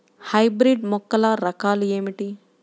Hybrid మొక్కల రకాలు ఏమిటి?